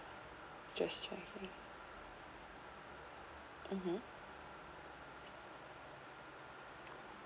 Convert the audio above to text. just checking mmhmm